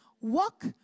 Walk